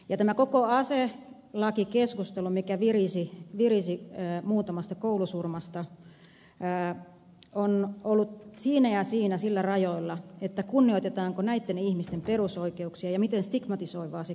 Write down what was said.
ja tämä koko aselakikeskustelu mikä virisi muutamasta koulusurmasta on ollut siinä ja siinä niillä rajoilla kunnioitetaanko näitten ihmisten perusoikeuksia ja miten stigmatisoivaa se keskustelu on